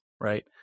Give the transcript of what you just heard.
right